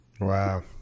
Wow